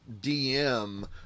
DM